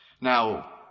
Now